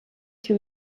que